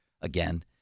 again